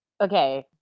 Okay